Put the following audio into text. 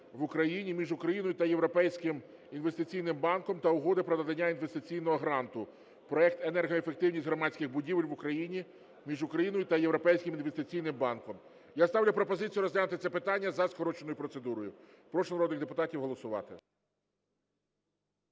в Україні") між Україною та Європейським інвестиційним банком та Угоди про надання інвестиційного гранту (Проект "Енергоефективність громадських будівель в Україні") між Україною та Європейським інвестиційним банком. Я ставлю пропозицію розглянути це питання за скороченою процедурою. Прошу народних депутатів голосувати.